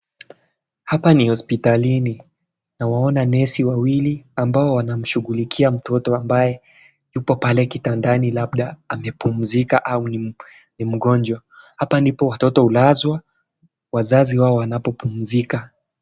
Hapa ni hospitalini. Nawaona nesi wawili ambao wanamshughulikia mtoto ambaye yupo pale kitandani labda amepumzika au ni ni mgonjwa. Hapa ndipo watoto hulazwa, wazazi wao wanapopumzika.